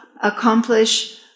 accomplish